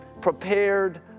prepared